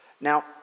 Now